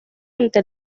ante